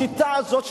השיטה הזאת,